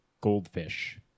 Goldfish